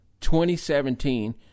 2017